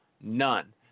None